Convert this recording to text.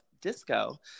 Disco